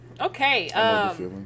Okay